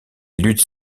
luttes